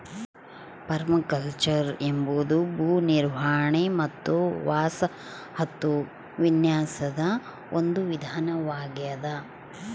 permaculture ಎಂಬುದು ಭೂ ನಿರ್ವಹಣೆ ಮತ್ತು ವಸಾಹತು ವಿನ್ಯಾಸದ ಒಂದು ವಿಧಾನವಾಗೆದ